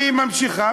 והיא ממשיכה.